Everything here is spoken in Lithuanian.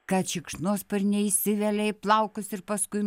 kad šikšnosparniai įsivelia į plaukus ir paskui